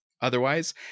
otherwise